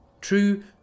True